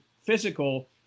physical